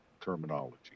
terminology